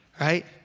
right